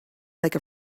like